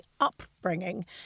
upbringing